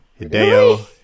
Hideo